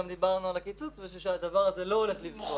גם דיברנו על הקיצוץ וכי הדבר הזה לא הולך לפגוע.